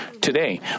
today